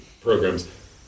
programs